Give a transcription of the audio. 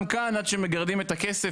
גם כאן עד שמגרדים את הכסף,